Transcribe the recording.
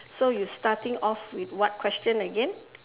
so you starting off with what question again